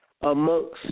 amongst